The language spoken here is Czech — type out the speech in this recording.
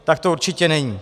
Tak to určitě není.